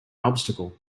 obstacle